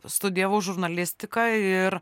studijavau žurnalistiką ir